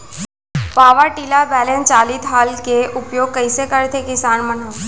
Power tiller balance चालित हल के उपयोग कइसे करथें किसान मन ह?